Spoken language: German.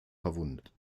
verwundet